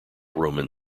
roman